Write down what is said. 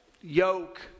yoke